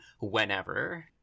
whenever